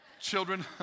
children